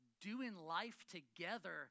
doing-life-together